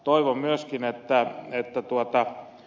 toivon myöskin että ed